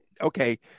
okay